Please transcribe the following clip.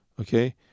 okay